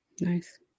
Nice